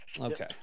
Okay